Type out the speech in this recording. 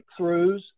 breakthroughs